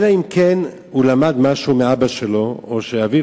אלא אם כן הוא למד משהו מאבא שלו או שאביו